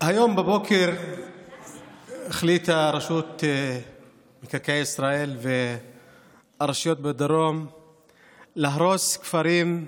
הבוקר החליטו רשות מקרקעי ישראל והרשויות בדרום להרוס כפרים,